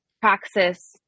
praxis